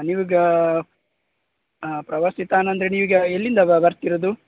ನೀವೀಗ ಪ್ರವಾಸಿ ತಾಣ ಅಂದರೆ ನೀವೀಗ ಎಲ್ಲಿಂದ ಬರ್ತಿರೋದು